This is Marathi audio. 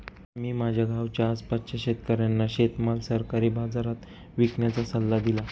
मी माझ्या गावाच्या आसपासच्या शेतकऱ्यांना शेतीमाल सरकारी बाजारात विकण्याचा सल्ला दिला